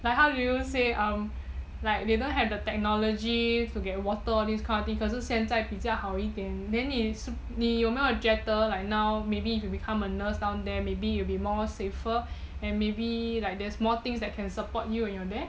like how do you say um like they don't have the technology to get water all this kind of thing 可是现在比较好一点 then 你有没有觉得 like now maybe you become a nurse down there maybe you'll be more safer and maybe there are more things that can support you when you are there